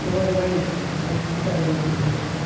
ᱥᱚᱢᱚᱭ ᱨᱮ ᱵᱟᱭ ᱦᱮᱡ ᱫᱟᱲᱮᱭᱟᱜᱼᱟ ᱮᱱᱠᱷᱟᱱ ᱮᱴᱟᱜ ᱜᱟᱹᱰᱤ ᱨᱮᱦᱚᱸ ᱵᱚᱱ ᱮᱰᱡᱟᱥᱴᱟ